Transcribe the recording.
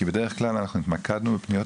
כי בדרך כלל אנחנו התמקדנו בפניות